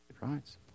right